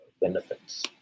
benefits